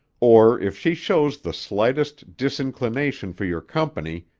or if she shows the slightest disinclination for your company,